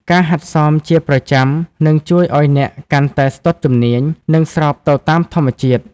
ការហាត់សមជាប្រចាំនឹងជួយឱ្យអ្នកកាន់តែស្ទាត់ជំនាញ និងស្របទៅតាមធម្មជាតិ។